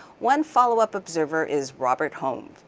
one followup observer is robert holmes.